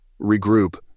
regroup